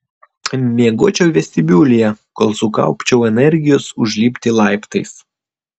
miegočiau vestibiulyje kol sukaupčiau energijos užlipti laiptais